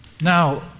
Now